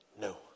no